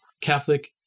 Catholic